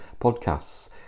podcasts